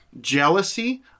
Jealousy